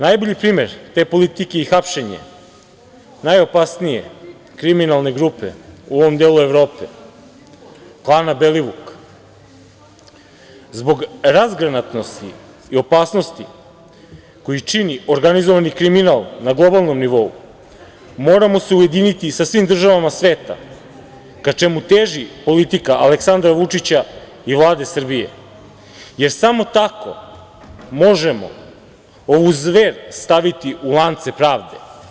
Najbolji primer te politike je i hapšenje najopasnije kriminalne grupe u ovom delu Evrope, klana Belivuk, zbog razgranatosti i opasnosti koju čini organizovani kriminal na globalnom nivou, moramo se ujediniti sa svim državama sveta, ka čemu teži politika Aleksandra Vučića i Vlade Srbije, jer samo tako možemo ovu zver staviti u lance pravde.